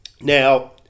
now